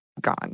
gone